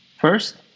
First